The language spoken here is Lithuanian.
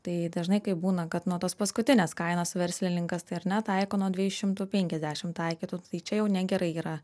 tai dažnai kaip būna kad nuo tos paskutinės kainos verslininkas tai ar ne taiko nuo dviejų šimtų penkiasdešimt taikytų tai čia jau negerai yra